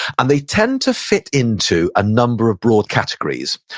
and they tend to fit into a number of broad categories.